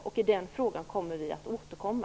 I den frågan kommer vi att återkomma.